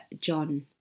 John